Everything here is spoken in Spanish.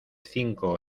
cinco